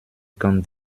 kann